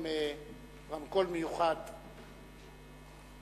עם רמקול מיוחד,